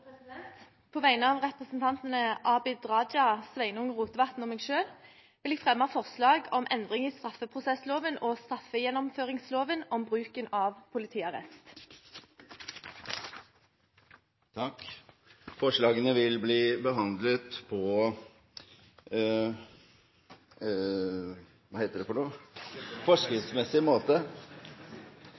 På vegne av representantene Abid Q. Raja, Sveinung Rotevatn og meg selv vil jeg fremme forslag om endring i straffeprosessloven og straffegjennomføringsloven av bruken av politiarrest. Forslagene vil bli behandlet på